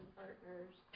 partners